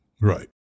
Right